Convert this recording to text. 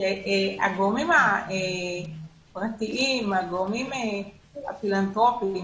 שהגורמים הפרטיים, הגורמים הפילנטרופיים,